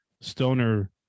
stoner